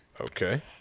Okay